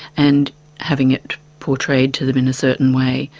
and having it portrayed to them in a certain way.